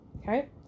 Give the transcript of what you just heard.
Okay